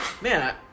man